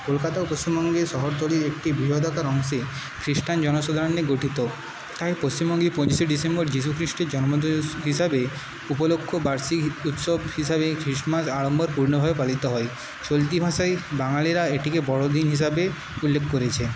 কলকাতার পশ্চিমবঙ্গের শহরতলির একটি বৃহদাকার অংশে খ্রিস্টান জনসাধারণ নিয়ে গঠিত তাই পশ্চিমবঙ্গে পঁচিশে ডিসেম্বর যীশু খ্রীষ্টের জন্মদিন হিসাবে উপলক্ষ বার্ষিক উৎসব হিসাবে ক্রিসমাস আড়ম্বরপূর্ণভাবে পালিত হয় চলতি ভাষায় বাঙালিরা এটিকে বড়দিন হিসাবে উল্লেখ করেছে